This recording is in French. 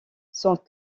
sans